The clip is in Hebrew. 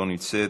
לא נמצאת,